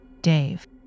Dave